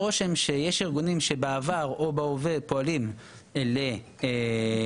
פועלים לסיוע לשוהים בלתי חוקיים בישראל,